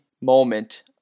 moment